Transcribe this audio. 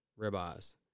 ribeyes